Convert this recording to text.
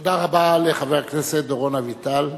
תודה רבה לחבר הכנסת דורון אביטל,